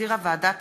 שהחזירה ועדת